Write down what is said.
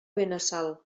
benassal